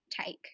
take